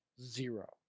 zero